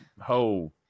ho